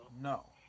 No